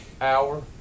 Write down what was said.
hour